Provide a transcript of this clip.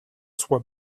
soit